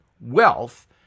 wealth